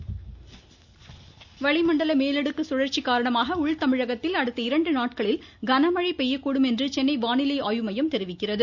வானிலை வளிமண்டல மேலடுக்கு முழற்சி காரணமாக உள் தமிழகத்தில் அடுத்த இரண்டு நாட்களில் கனமழை பெய்யக்கூடும் என்று சென்னை வானிலை ஆய்வு மையம் தெரிவிக்கிறது